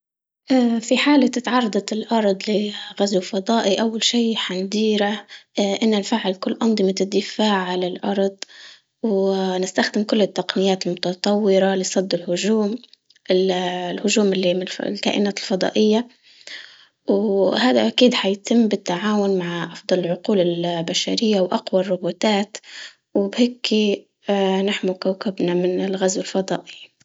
اه في حالة تعرضت الارض لغزو فضائي اول شي حنديره، اه انه نفعل كل انظمة الدفاع على الارض ونستخدم كل التقنيات المتطورة لسد الهجوم الهجوم اللي من الكائنات الفضائية، وهذا اكيد هيتم بالتعاون مع افضل العقول البشرية واقوى الروبوتات، وبهيك اه نحمي كوكبنا من الغاز الفضائي